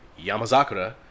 Yamazakura